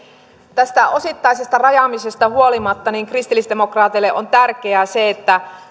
tästä osittaisesta rajaamisesta huolimatta kristillisdemokraateille on tärkeää se että